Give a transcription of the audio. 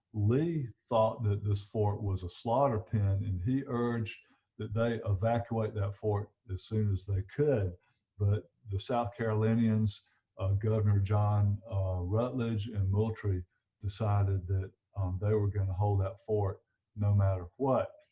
lee thought that this fort was a slaughter pin and he urged that they evacuate that fort as soon as they could but the south carolinians governor john rutledge and moultrie decided that they were going to hold that fort no matter what.